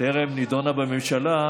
טרם נדונה בממשלה,